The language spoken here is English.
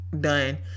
done